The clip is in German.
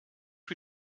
für